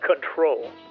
Control